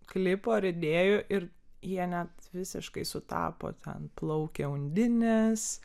klipų ar idėjų ir jie net visiškai sutapo ten plaukė undinės